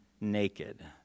naked